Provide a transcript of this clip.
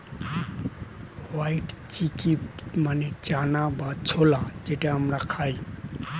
white chickpea মানে চানা বা ছোলা যেটা আমরা খাই